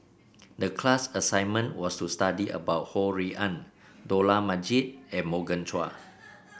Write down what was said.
the class assignment was to study about Ho Rui An Dollah Majid and Morgan Chua